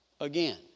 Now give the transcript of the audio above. again